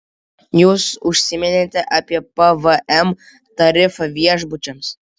jūs užsiminėte apie pvm tarifą viešbučiams